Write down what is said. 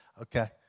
Okay